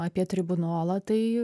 apie tribunolą tai